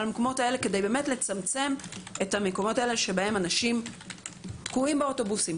כדי באמת לצמצם את המקומות שבהם אנשים תקועים באוטובוסים,